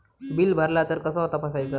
Bill भरला तर कसा तपसायचा?